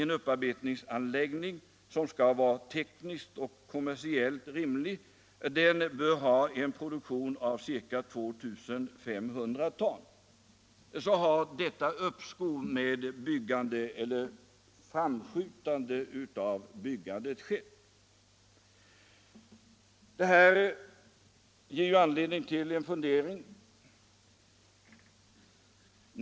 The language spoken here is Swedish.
En upparbetningsanläggning, som skall vara tekniskt och kommersiellt rimlig, bör ha en produktion av ca 1 500 ton. Därför har ett framskjutande av byggandet skett. Detta ger anledning till en fundering.